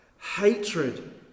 Hatred